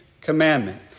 commandment